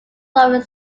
loving